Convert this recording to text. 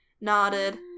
Nodded